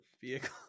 vehicle